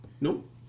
Nope